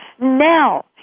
Now